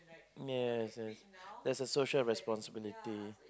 yes yes yes there's a social responsibility